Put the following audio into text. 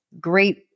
great